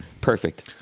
Perfect